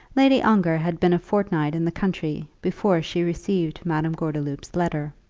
lady ongar had been a fortnight in the country before she received madame gordeloup's letter.